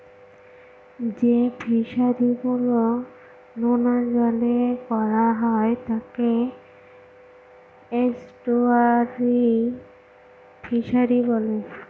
যে ফিশারি গুলো নোনা জলে করা হয় তাকে এস্টুয়ারই ফিশারি বলে